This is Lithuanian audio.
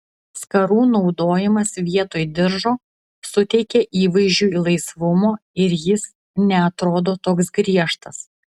skarų naudojimas vietoj diržo suteikia įvaizdžiui laisvumo ir jis neatrodo toks griežtas